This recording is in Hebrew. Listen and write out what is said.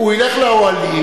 הוא ילך לאוהלים,